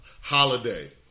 holiday